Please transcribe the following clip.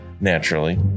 naturally